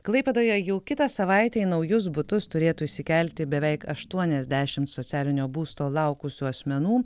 klaipėdoje jau kitą savaitę į naujus butus turėtų įsikelti beveik aštuoniasdešimt socialinio būsto laukusių asmenų